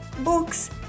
books